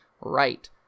right